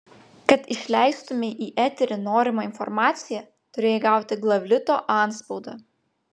kad išleistumei į eterį norimą informaciją turėjai gauti glavlito antspaudą